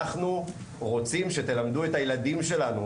אנחנו רוצים שתלמדו את הילדים שלנו.